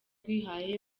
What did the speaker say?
rwihaye